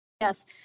Yes